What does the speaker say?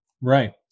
Right